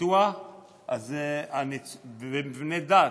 פיתוח ומבני דת,